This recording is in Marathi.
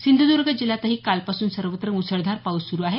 सिंधुदर्ग जिल्ह्यातही कालपासून सर्वत्र मुसळधार पाऊस सुरू आहे